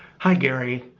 hi gary.